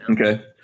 Okay